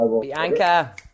Bianca